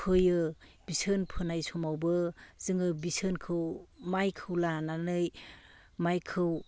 फोयो बिसोन फोनाय समावबो जोङो बिसोनखौ माइखौ लानानै माइखौ